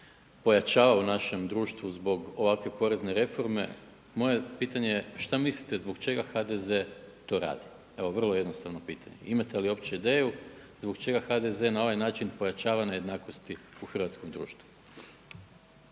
pojačava u našem društvu zbog ovakve porezne reforme. Moje pitanje je šta mislite zbog čega HDZ to radi? Evo vrlo jednostavno pitanje. Imate li uopće ideju zbog čega HDZ na ovaj način pojačava nejednakosti u hrvatskom društvu?